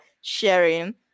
sharing